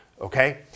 okay